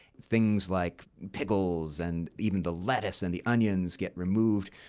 things like pickles and even the lettuce and the onions get removed.